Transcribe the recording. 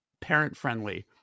parent-friendly